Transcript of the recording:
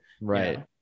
Right